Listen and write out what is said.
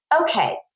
okay